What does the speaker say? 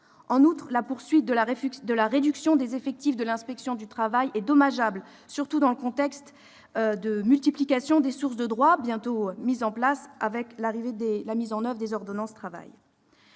13 euros. La poursuite de la réduction des effectifs de l'inspection du travail est elle aussi dommageable, surtout dans le contexte de la multiplication des sources de droit bientôt mise en place avec la mise en oeuvre des ordonnances